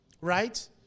right